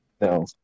No